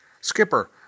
Skipper